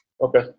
Okay